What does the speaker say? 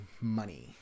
money